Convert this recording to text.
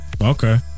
Okay